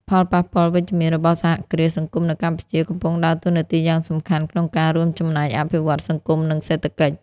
ផលប៉ះពាល់វិជ្ជមានរបស់សហគ្រាសសង្គមនៅកម្ពុជា កំពុងដើរតួនាទីយ៉ាងសំខាន់ក្នុងការរួមចំណែកអភិវឌ្ឍន៍សង្គម និងសេដ្ឋកិច្ច។